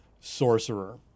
Sorcerer